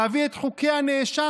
להביא את חוקי הנאשם.